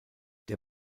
der